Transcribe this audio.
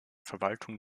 verwaltung